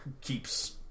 keeps